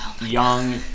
young